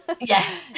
Yes